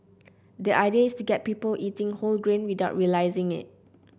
the idea is to get people eating whole grain without realising it